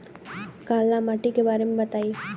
काला माटी के बारे में बताई?